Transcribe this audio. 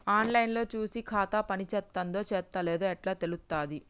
On line లో చూసి ఖాతా పనిచేత్తందో చేత్తలేదో ఎట్లా తెలుత్తది?